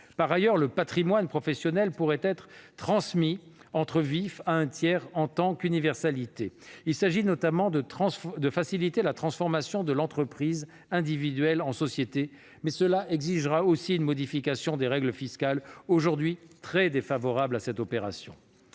Par ailleurs, le patrimoine professionnel pourrait être transmis entre vifs, à un tiers, en tant qu'universalité. Il s'agit notamment de faciliter la transformation de l'entreprise individuelle en société, mais cela exigera aussi une modification des règles fiscales, aujourd'hui très défavorables à cette opération.